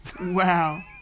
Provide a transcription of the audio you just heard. Wow